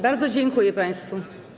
Bardzo dziękuję państwu.